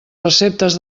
receptes